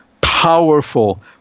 powerful